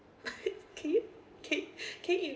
can you can can you